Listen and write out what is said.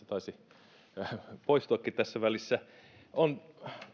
taisi jo poistuakin tässä välissä on